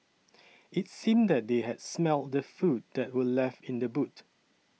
it's seemed that they had smelt the food that were left in the boot